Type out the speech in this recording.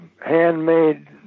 handmade